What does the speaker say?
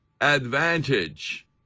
advantage